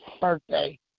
birthday